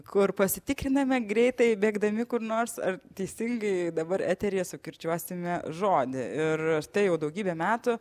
kur pasitikriname greitai bėgdami kur nors ar teisingai dabar eteryje sukirčiuosime žodį ir tai jau daugybę metų